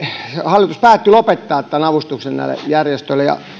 hallitus päätti lopettaa tämän avustuksen näille järjestöille ja minä